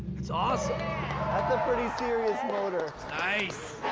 it's awesome. that's a pretty serious motor. nice.